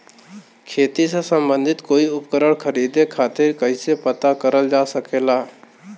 खेती से सम्बन्धित कोई उपकरण खरीदे खातीर कइसे पता करल जा सकेला?